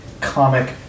comic